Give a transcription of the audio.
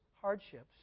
hardships